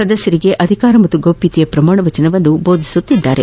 ಸದಸ್ಯರಿಗೆ ಅಧಿಕಾರ ಮತ್ತು ಗೌಪ್ಯತೆಯ ಪ್ರಮಾಣ ವಚನ ಬೋಧಿಸುತ್ತಿದ್ದಾರೆ